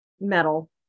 metal